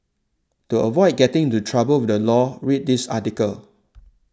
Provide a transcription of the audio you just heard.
to avoid getting into trouble with the law read this article